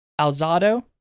Alzado